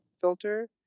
filter